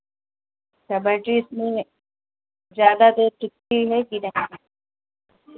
क्या बैट्री इसमें ज़्यादा देर टिकती है कि नहीं